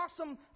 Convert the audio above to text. awesome